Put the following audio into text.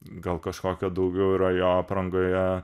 gal kažkokio daugiau yra jo aprangoje